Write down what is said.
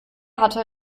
hatte